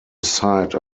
site